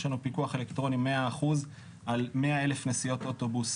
יש לנו פיקוח אלקטרוני 100% על 100,000 נסיעות אוטובוס